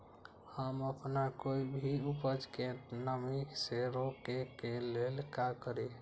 हम अपना कोई भी उपज के नमी से रोके के ले का करी?